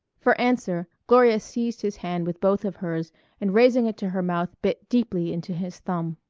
for answer gloria seized his hand with both of hers and raising it to her mouth bit deeply into his thumb.